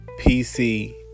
PC